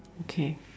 okay